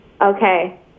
Okay